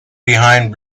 behind